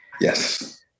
yes